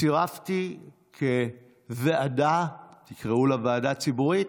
צירפתי ועדה, תקראו לה ועדה ציבורית: